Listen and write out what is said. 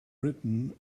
written